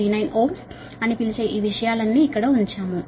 39 Ω అని పిలిచే వీటన్నింటిని ఇక్కడ ఉంచాము